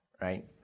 right